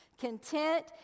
Content